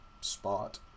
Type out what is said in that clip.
spot